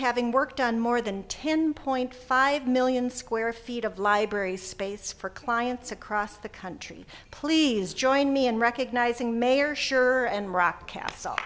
having worked on more than ten point five million square feet of library space for clients across the country please join me in recognizing mayor sure and rock cat